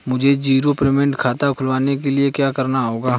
मुझे zero payment खाता खुलवाने के लिए क्या करना होगा?